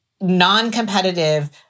non-competitive